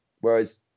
whereas